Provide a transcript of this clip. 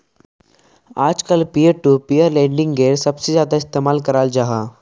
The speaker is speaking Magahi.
आजकल पियर टू पियर लेंडिंगेर सबसे ज्यादा इस्तेमाल कराल जाहा